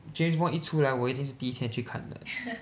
James Bond 一出来我一定是第一天去看的